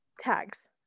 Tags